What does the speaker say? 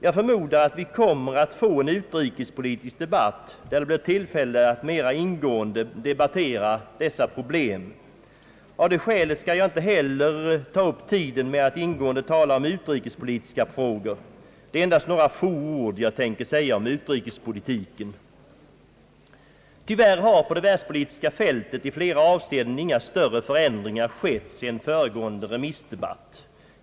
Jag förmodar att vi kommer att få en utrikespolitisk debatt, där det blir tillfälle att mera ingående debattera dessa problem. Av det skälet skall jag inte heller ta upp tiden med att ingående tala om utrikespolitiska frågor. Det är endast några få ord jag tänker säga om utrikespolitiken. Tyvärr har på det världspolitiska fältet i flera avseenden inga större förändringar skett sedan föregående remissdebatt.